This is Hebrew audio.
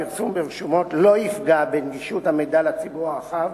ביטול חובת הפרסום ברשומות לא יפגע בנגישות המידע לציבור הרחב,